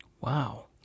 Wow